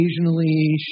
occasionally